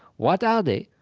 what are they?